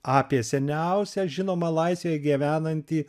apie seniausią žinomą laisvėje gyvenantį